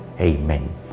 Amen